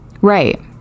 Right